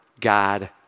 God